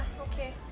okay